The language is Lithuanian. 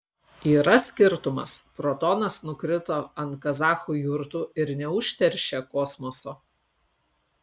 yra skirtumas protonas nukrito ant kazachų jurtų ir neužteršė kosmoso